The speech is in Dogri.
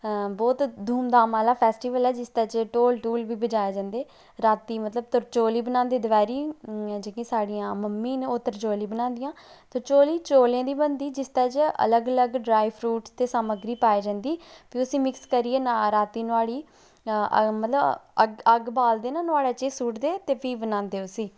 की बहुतत धूमधाम आहला फेेस्टिवल ऐ जिसदे च ढोल ढूल बी बजाए जंदे रातीं मतलब कि तरचौली बनांदे दपैह्री जेहकी साढ़ियां मम्मी न ओह् तरचौली बनांदियां तरचौली चौलें दी बनदी जेसदे च अलग अलग ड्राई फ्रूट ते सामग्री पाई जंदी ते उसी मिक्स करियै रातीं नुआढ़ी मतलब अग्ग बालदे न नुआढ़े च सुट्टदे ते फ्ही बनांदे उसी